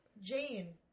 jane